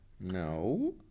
no